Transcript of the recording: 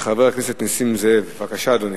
של חבר הכנסת נסים זאב, אדוני,